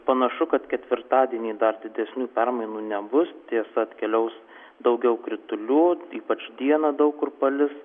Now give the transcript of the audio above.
panašu kad ketvirtadienį dar didesnių permainų nebus tiesa atkeliaus daugiau kritulių ypač dieną daug kur palis